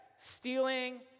stealing